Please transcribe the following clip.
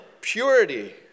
Purity